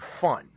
fun